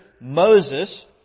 Moses